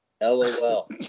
LOL